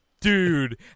dude